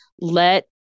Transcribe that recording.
let